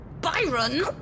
Byron